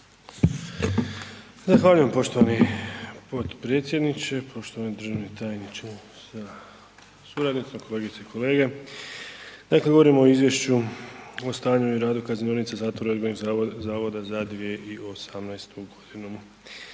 Zahvaljujem poštovani potpredsjedniče, poštovani državni tajniče sa suradnicom, kolegice i kolege, dakle govorimo o Izvješću o stanju i radu kaznionica, zatvora i odgojnih zavoda za 2018.g.